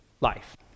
life